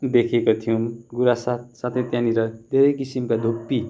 देखेका थियौँ गुराँस साथसाथै त्यहाँनिर धेरै किसिमका धुप्पी